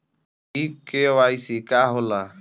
इ के.वाइ.सी का हो ला?